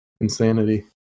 insanity